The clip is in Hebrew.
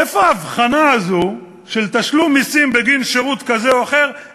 איפה ההבחנה הזו של תשלום מסים בגין שירות כזה או אחר,